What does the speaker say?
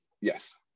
Yes